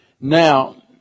Now